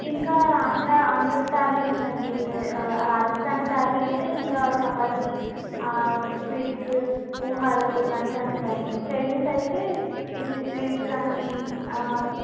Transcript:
ఇంకా ఆంధ్రా ఆంధ్రతాళి ఉందండి రాజస్థానీ తాళి అంటే ఇంకా చపాతి ఆ స్వీట్స్ పోహాలు ఇవన్నీ వస్తాయండి చైనీస్ అయితే ఇవి స్వీట్స్ కానీ ఆ